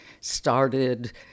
started